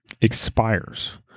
expires